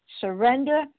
surrender